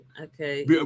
Okay